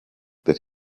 that